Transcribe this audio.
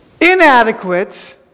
inadequate